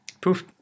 poof